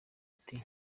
ati